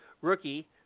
rookie